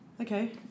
okay